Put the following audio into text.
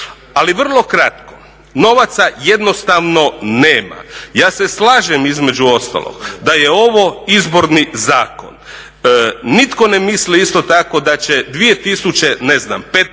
Ali vrlo kratko, novaca jednostavno nema. Ja se slažem između ostalog da je ovo izborni zakon, nitko ne misli isto tako da će 2000